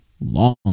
long